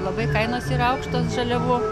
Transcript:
labai kainos ir aukštos žaliavų